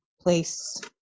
place